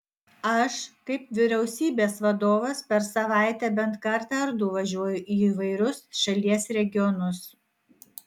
aš kaip vyriausybės vadovas per savaitę bent kartą ar du važiuoju į įvairius šalies regionus